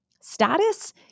status